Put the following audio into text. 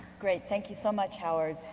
great, thank you so much, howard.